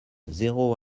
zéro